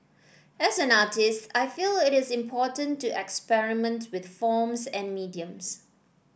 as an artist I feel it is important to experiment with forms and mediums